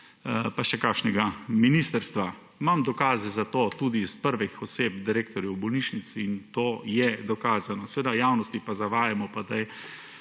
pa še kakšnega ministrstva. Imam dokaze za to, tudi od prvih oseb, direktorjev bolnišnic in to je dokazano. V javnosti pa zavajamo pa